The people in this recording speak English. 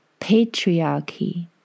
patriarchy